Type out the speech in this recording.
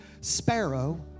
sparrow